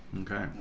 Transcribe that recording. Okay